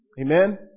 Amen